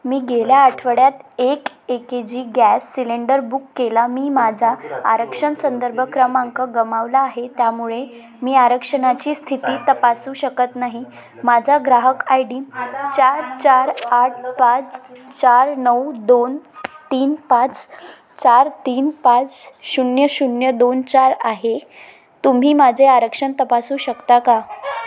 मी गेल्या आठवड्यात एक A K G gas cylinder book केला मी माझा आरक्षण संदर्भ क्रमांक गमावला आहे त्यामुळे मी आरक्षणाची स्थिती तपासू शकत नाही माझा ग्राहक आय डी चार चार आठ पाच चार नऊ दोन तीन पाच चार तीन पाच शून्य शून्य दोन चार आहे तुम्ही माझे आरक्षण तपासू शकता का